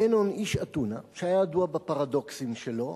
זנון איש אתונה, שהיה ידוע בפרדוקסים שלו,